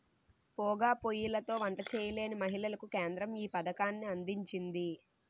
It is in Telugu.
పోగా పోయ్యిలతో వంట చేయలేని మహిళలకు కేంద్రం ఈ పథకాన్ని అందించింది